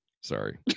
Sorry